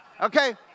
Okay